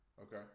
Okay